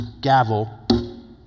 gavel